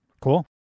Cool